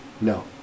No